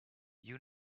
you